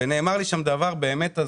ונאמר לי שם דבר הזוי,